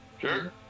Sure